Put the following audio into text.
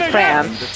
France